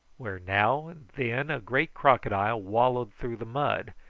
where now and then a great crocodile wallowed through the mud,